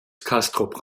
castrop